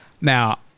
Now